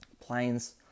planes